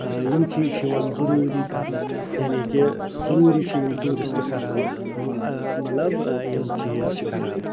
یِم چیٖز چھِ یِوان ضُروٗری کرنہٕ یعنی کہ ضُروٗری چھِ یِم ٹوٗرِسٹ کران مطلب یِم چیٖز چھِ کران